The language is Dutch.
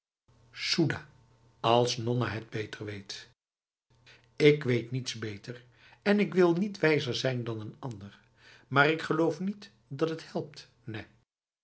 soedahals nonna het beter weet ik weet niets beter en ik wil niet wijzer zijn dan een ander maar ik geloof niet dat het helpt nèh